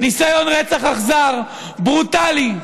ניסיון רצח אכזר, ברוטלי,